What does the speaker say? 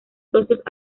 socios